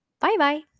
Bye-bye